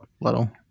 little